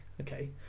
okay